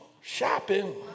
shopping